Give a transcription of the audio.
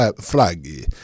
flag